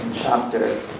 chapter